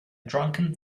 drunken